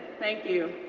thank you.